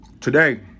Today